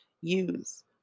use